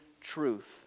truth